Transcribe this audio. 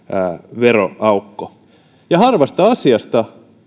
veroaukko ja harvasta asiasta